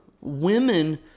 women